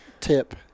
tip